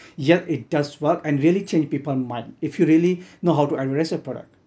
yup it does work and really change people's mind if you really know how to address your product